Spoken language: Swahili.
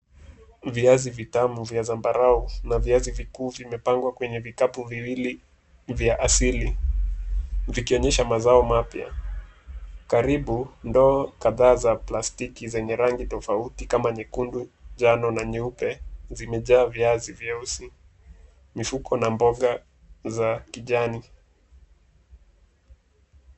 Viazi vitamu vya zambarau na viazi vikuu, vimemipango kwenye vikapu viwili, vya asili. Vikionyesha mazao mapya. Karibu, ndoo, kadhaza, plastiki, zenye rangi tofauti kama nyekundu, njano, na nyeupe, zimejaa viazi, vyeusi. Mifuko na mboga, za kijani.